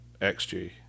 XG